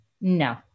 no